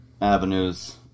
avenues